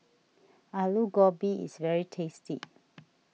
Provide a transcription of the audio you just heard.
Aloo Gobi is very tasty